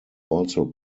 also